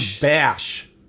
Bash